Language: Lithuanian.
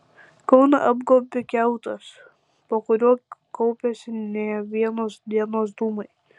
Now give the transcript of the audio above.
kauną apgaubė kiautas po kuriuo kaupiasi ne vienos dienos dūmai